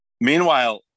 meanwhile